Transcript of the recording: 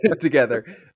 Together